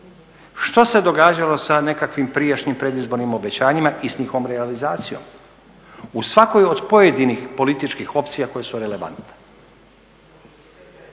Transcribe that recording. što se događalo sa nekakvim prijašnjim predizbornim obećanjima i s njihovom realizacijom u svakoj od pojedinih političkih opcija koje su relevantne.